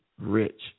rich